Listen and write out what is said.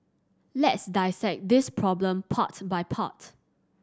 let's dissect this problem part by part